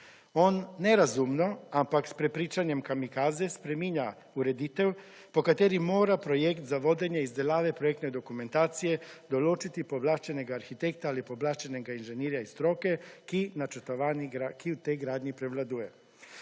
On nerazumno ampak s prepričanjem kamikaze spreminja ureditev po kateri mora projekt za vodenje izdelave projektne dokumentacije določiti pooblaščenega arhitekta ali pooblaščenega inženirja iz stroke, ki v tej gradnji prevladuje.